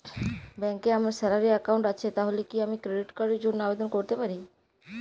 ব্যাংকে আমার salary account আছে তাহলে কি আমি ক্রেডিট কার্ড র জন্য আবেদন করতে পারি?